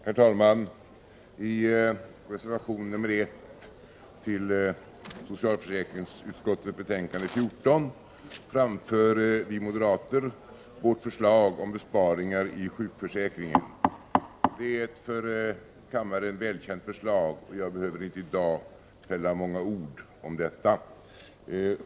Herr talman! I reservation 1 till socialförsäkringsutskottets betänkande 14 framför vi moderater vårt förslag om besparingar i sjukförsäkringen. Det är ett för riksdagen välkänt förslag, och jag behöver inte i dag fälla många ord om det.